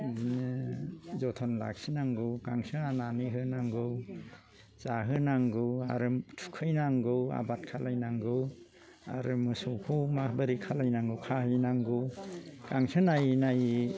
बिदिनो जोथोन लाखिनांगौ गांसो हानानै होनांगौ जाहोनांगौ आरो थुखैनांगौ आबाद खालामनांगौ आरो मोसौखौ माबोरै खालामनांगौ खाहैनांगौ गांसो नायै नायै